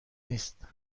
نیست